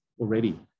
already